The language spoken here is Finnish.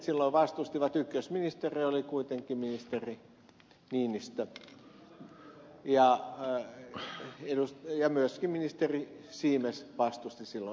ykkösministeri oli kuitenkin ministeri niinistö ja myöskin ministeri siimes vastusti silloin sitä